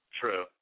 True